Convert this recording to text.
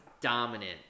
dominant